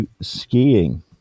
skiing